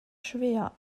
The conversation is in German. schwer